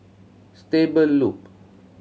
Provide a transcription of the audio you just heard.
Stable Loop